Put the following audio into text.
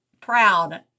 proud